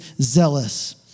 zealous